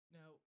Now